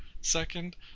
Second